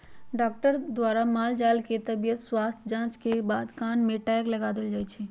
doctor द्वारा माल जाल के तबियत स्वस्थ जांच के बाद कान में टैग लगा देल जाय छै